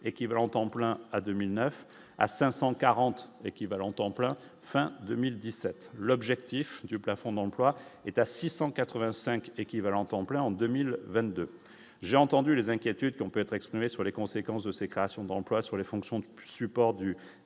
équivalents temps plein, à 2009 à 540 équivalents temps plein fin 2017, l'objectif du plafond dans le est à 685 équivalents temps plein en 2022, j'ai entendu les inquiétudes qu'on peut être exprimée sur les conséquences de ces créations d'emplois sur les fonctions depuis support du